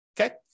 okay